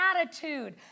attitude